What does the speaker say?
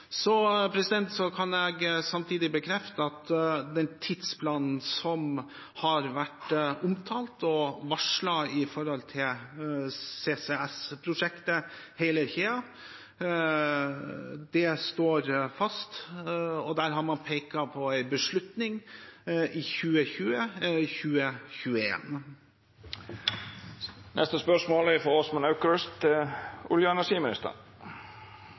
Så kan jeg samtidig bekrefte at den tidsplanen som har vært omtalt og varslet i forbindelse med CCS-prosjektet, hele kjeden, står fast, og der har man pekt på en beslutning i 2020/2021. «Det finnes få, om noen, utslippsscenarioer som når målet om å begrense temperaturøkningen til to grader uten karbonfangst og